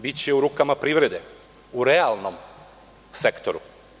Biće u rukama privrede, u realnom sektoru.